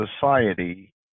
society